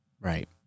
Right